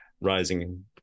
rising